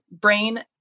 brain